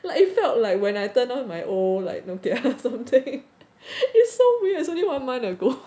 like it felt like when I turn on my old like nokia or something is so weird is only one month ago